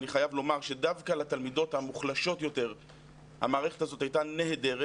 אני חייב לומר שדווקא לתלמידות המוחלשות יותר המערכת הזו הייתה נהדרת,